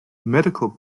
medical